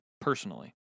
personally